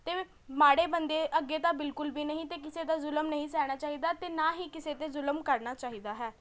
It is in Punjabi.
ਅਤੇ ਮਾੜੇ ਬੰਦੇ ਅੱਗੇ ਤਾਂ ਬਿਲਕੁਲ ਵੀ ਨਹੀਂ ਅਤੇ ਕਿਸੇ ਦਾ ਜ਼ੁਲਮ ਨਹੀਂ ਸਹਿਣਾ ਚਾਹੀਦਾ ਅਤੇ ਨਾਂ ਹੀ ਕਿਸੇ 'ਤੇ ਜ਼ੁਲਮ ਕਰਨਾ ਚਾਹੀਦਾ ਹੈ